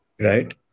Right